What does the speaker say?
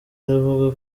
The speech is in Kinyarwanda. iravuga